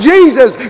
Jesus